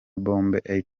bombe